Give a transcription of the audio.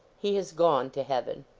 he has gone to heaven.